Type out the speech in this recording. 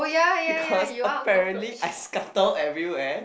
because I apparently scatter everywhere